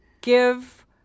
give